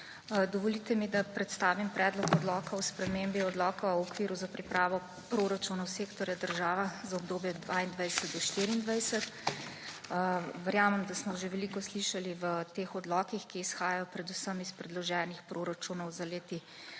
Dovolite mi, da predstavim Predlog odloka o spremembah Odloka o okviru za pripravo proračunov sektorja država za obdobje od 2022 do 2024. Verjamem, da smo že veliko slišali v odlokih, ki izhajajo predvsem iz predloženih proračunov za leti